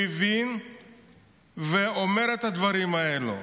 מבין ואומר את הדברים האלה.